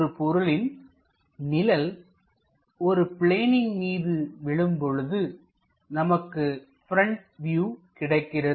ஒரு பொருளின் நிழல் ஒரு பிளேனின் மீது விழும்பொழுதுநமக்கு பிரண்ட் வியூ கிடைக்கிறது